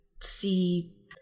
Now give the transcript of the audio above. see